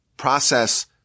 process